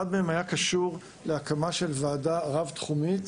אחד מהם היה קשור להקמה של ועדה רב תחומית